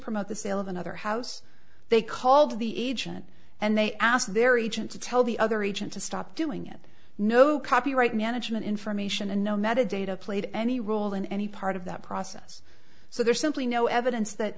promote the sale of another house they called the agent and they asked their agent to tell the other agent to stop doing it no copyright management information and no metadata played any role in any part of that process so there's simply no evidence that